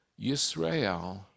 Yisrael